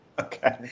Okay